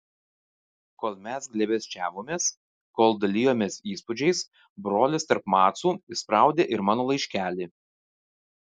kol mes glėbesčiavomės kol dalijomės įspūdžiais brolis tarp macų įspraudė ir mano laiškelį